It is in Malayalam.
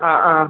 ആ ആ